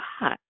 God